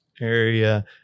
area